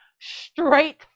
straight